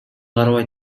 карабай